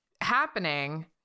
happening